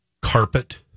carpet